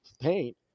paint